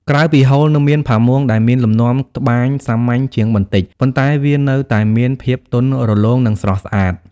ក្រៅពីហូល នៅមាន ផាមួង ដែលមានលំនាំត្បាញសាមញ្ញជាងបន្តិច ប៉ុន្តែវានៅតែមានភាពទន់រលោង និងស្រស់ស្អាត។